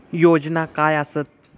योजना काय आसत?